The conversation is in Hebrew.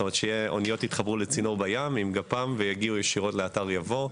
אוניות יתחברו לצינור בים עם גפ"מ ויגיעו ישירות לאתר יבור.